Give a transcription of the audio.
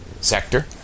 sector